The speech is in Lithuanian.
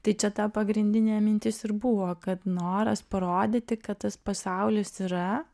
tai čia ta pagrindinė mintis ir buvo kad noras parodyti kad tas pasaulis yra